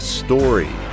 story